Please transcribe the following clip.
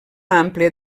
àmplia